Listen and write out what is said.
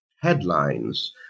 headlines